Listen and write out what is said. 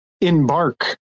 embark